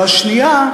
והשנייה,